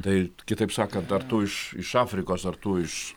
tai kitaip sakant ar tu iš iš afrikos ar tu iš